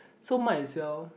so might as well